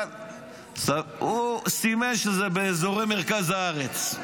אבל סימן שזה באזור מרכז הארץ.